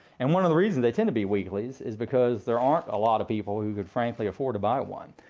and one of the reasons they tend to be weeklies is because there aren't a lot of people who could frankly afford to buy one.